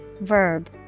verb